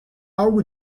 algo